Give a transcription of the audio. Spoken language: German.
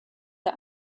der